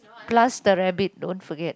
plus the rabbit don't forget